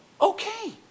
Okay